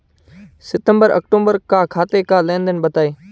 सितंबर अक्तूबर का खाते का लेनदेन बताएं